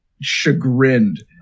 chagrined